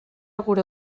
gure